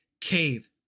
cave